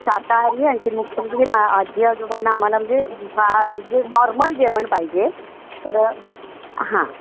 शाकाहारी आणि ते मुख्य म्हणजे मा आजी आजोबांना आम्हाला म्हणजे जे नॉर्मल जेवण पाहिजे तर हां